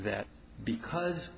that because